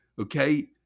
Okay